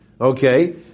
Okay